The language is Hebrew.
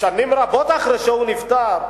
שנים רבות אחרי שהוא נפטר.